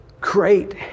great